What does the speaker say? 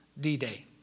D-Day